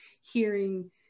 hearing